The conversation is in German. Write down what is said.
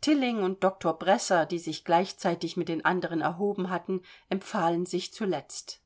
tilling und doktor bresser die sich gleichzeitig mit den anderen erhoben hatten empfahlen sich zuletzt